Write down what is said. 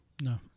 no